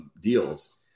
deals